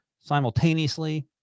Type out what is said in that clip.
simultaneously